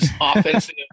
offensive